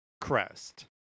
crest